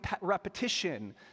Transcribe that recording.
repetition